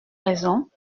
raisons